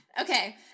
Okay